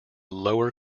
lower